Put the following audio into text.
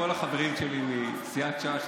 כל החברים שלי מסיעת ש"ס,